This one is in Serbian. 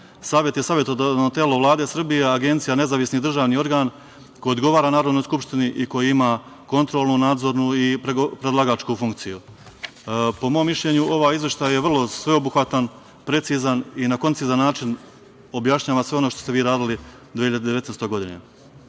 Savet je savetodavno telo Vlade Srbije, a agencija nezavisni državni organ koji odgovara Narodnoj skupštini i koji ima kontrolnu, nadzornu i predlagačku funkciju. Po mom mišljenju, ovaj izveštaj je vrlo sveobuhvatan, precizan i na koncizan način objašnjava sve ono što ste vi radili 2019. godine. Ovaj